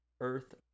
Earth